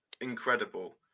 incredible